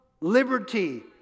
liberty